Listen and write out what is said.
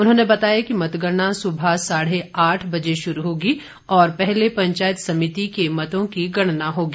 उन्होंने बताया कि मतगणना सुबह साढ़े आठ बजे शुरू होगी और पहले पंचायत समिति के मतों की गणना होगी